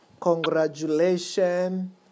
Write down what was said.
congratulations